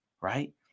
right